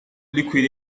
liquid